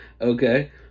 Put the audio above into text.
Okay